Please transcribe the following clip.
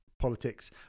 politics